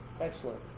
Excellent